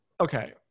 okay